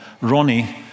Ronnie